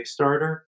Kickstarter